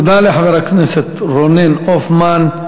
תודה לחבר הכנסת רונן הופמן.